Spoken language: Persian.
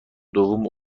دوم